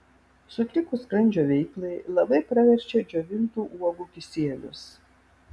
sutrikus skrandžio veiklai labai praverčia džiovintų uogų kisielius